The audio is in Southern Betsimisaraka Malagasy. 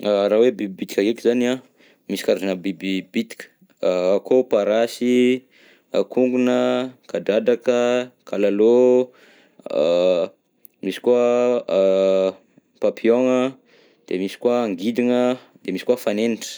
A raha hoe biby bitika heky zany an, misy karazana biby bitika a akao parasy, kongona, kadradraka, kalalôa, a misy koa papillon an, de misy koa angidigna de misy koa fanenitra.